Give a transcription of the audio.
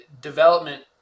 development